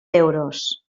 euros